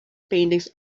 paintings